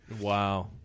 wow